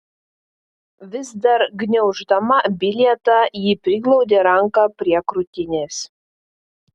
vis dar gniauždama bilietą ji priglaudė ranką prie krūtinės